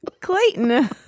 Clayton